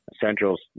Central's